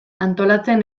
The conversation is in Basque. antolatzen